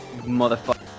motherfucker